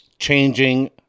changing